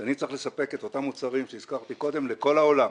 שאני צריך לספק את אותם מוצרים שהזכרתי קודם לכל העולם.